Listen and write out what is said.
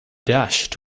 dashed